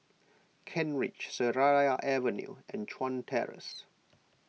Kent Ridge Seraya Avenue and Chuan Terrace